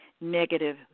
negative